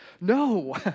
No